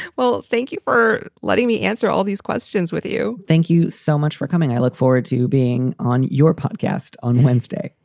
well, thank you for letting me answer all these questions with you. thank you so much for coming. i look forward to being on your podcast on wednesday.